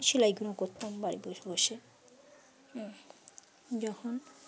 সেলাইগুলো করতাম বাড়ি বসে বসে যখন